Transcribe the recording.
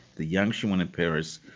the young shimon peres,